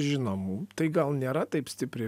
žinom tai gal nėra taip stipriai